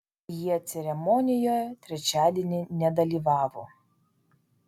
jie ceremonijoje trečiadienį nedalyvavo